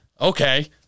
Okay